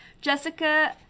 Jessica